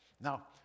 Now